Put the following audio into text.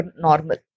normal